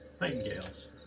nightingales